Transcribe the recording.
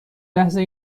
لحظه